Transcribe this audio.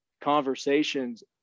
conversations